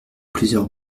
plusieurs